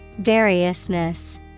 Variousness